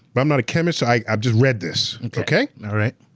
but i'm not a chemist, i've just read this, okay? all right.